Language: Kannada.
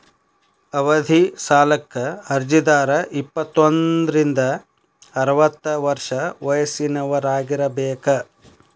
ಅವಧಿ ಸಾಲಕ್ಕ ಅರ್ಜಿದಾರ ಇಪ್ಪತ್ತೋಂದ್ರಿಂದ ಅರವತ್ತ ವರ್ಷ ವಯಸ್ಸಿನವರಾಗಿರಬೇಕ